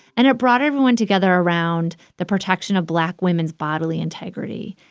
and it brought everyone together around the protection of black women's bodily integrity.